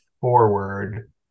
forward